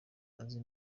azi